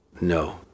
No